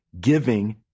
giving